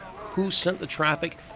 who sent the traffic?